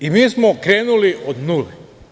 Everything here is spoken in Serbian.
I mi smo krenuli od nule.